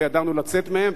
וידענו לצאת מהם,